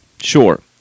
sure